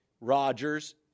Rodgers